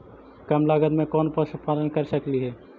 कम लागत में कौन पशुपालन कर सकली हे?